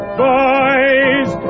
boys